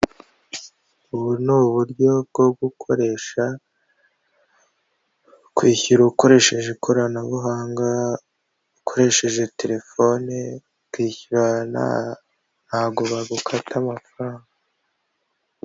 Ubu ni uburyo bwo gukoresha kwishyura ukoresheje ikoranabuhanga, ukoresheje telefone ukishyurana ntago bagukata amafaranga.